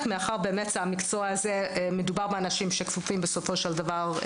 מאחר ומדובר באנשים שכפופים להם בסופו של דבר.